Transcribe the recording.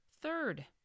third